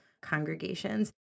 congregations